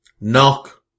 knock